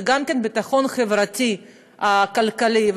זה גם ביטחון חברתי וכלכלי.